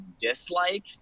dislike